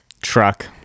Truck